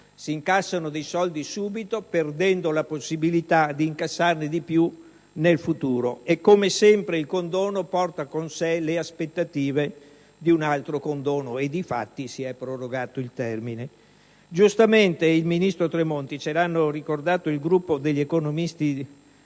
si incassano dei soldi subito perdendo la possibilità di incassarne di più in futuro. Come sempre, il condono porta con sé l'aspettativa di un altro condono, e difatti si è prorogato il termine. Come ci ha ricordato il gruppo degli economisti